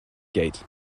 gate